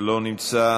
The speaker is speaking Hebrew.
אינו נוכח,